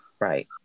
Right